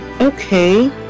okay